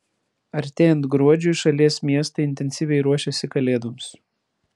artėjant gruodžiui šalies miestai intensyviai ruošiasi kalėdoms